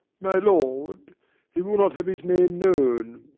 my lord he will not have his name known,